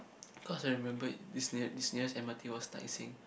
cause I remember it's it's nearest m_r_t was Tai Seng